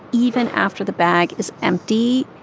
even after the bag is empty,